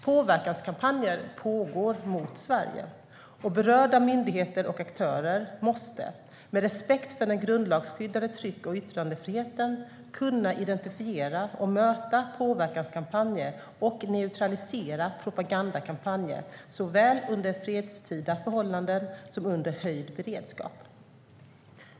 Påverkanskampanjer pågår mot Sverige, och berörda myndigheter och aktörer måste, med respekt för den grundlagsskyddade tryck och yttrandefriheten, kunna identifiera och möta påverkanskampanjer och neutralisera propagandakampanjer såväl under fredstida förhållanden som under höjd beredskap.